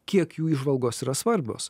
kiek jų įžvalgos yra svarbios